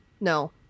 no